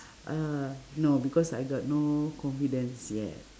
uh no because I got no confidence yet